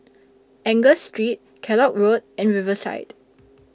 Angus Street Kellock Road and Riverside